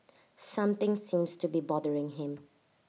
something seems to be bothering him